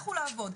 לכו לעבוד.